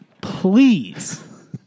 please